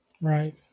Right